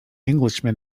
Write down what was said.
englishman